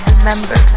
Remember